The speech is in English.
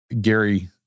Gary